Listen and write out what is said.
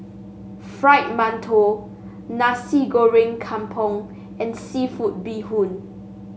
Fried Mantou Nasi Goreng Kampung and seafood Bee Hoon